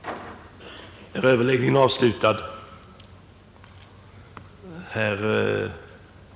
Herr talman! Jag yrkar bifall till utskottets hemställan.